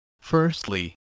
Firstly